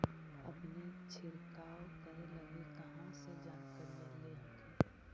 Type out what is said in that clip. अपने छीरकाऔ करे लगी कहा से जानकारीया ले हखिन?